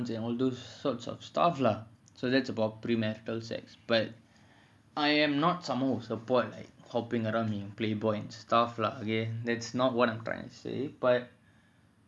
and all those sorts of stuff lah so that's about premarital sex but I am not someone who support like hopping around and playboy and stuff lah okay that's not what I'm trying to say but